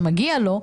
שמגיע לו,